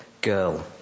girl